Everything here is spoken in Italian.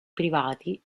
privati